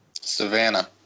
Savannah